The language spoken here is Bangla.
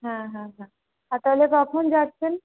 হ্যাঁ হ্যাঁ হ্যাঁ আর তাহলে কখন যাচ্ছেন